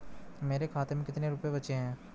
मेरे खाते में कितने रुपये बचे हैं?